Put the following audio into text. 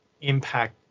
impact